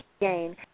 gain